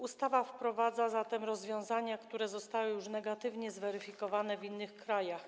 Ustawa wprowadza zatem rozwiązania, które zostały już negatywnie zweryfikowane w innych krajach.